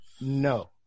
No